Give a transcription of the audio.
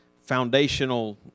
foundational